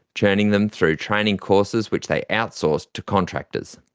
churning them through training courses which they outsourced to contractors.